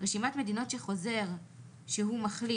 רשימת מדינות שחוזר שהוא מחלים,